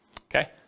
Okay